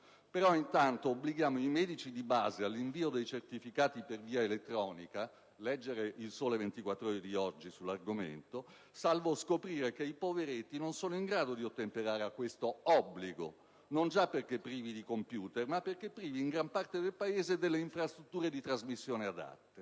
però, obblighiamo i medici di base a inviare i certificati per via elettronica - basta leggere «Il Sole 24 Ore» di oggi sull'argomento - salvo scoprire che i poveretti non sono in grado di ottemperare a questo obbligo, non già perché privi di *computer* ma perché privi in gran parte del Paese delle infrastrutture di trasmissione adatte.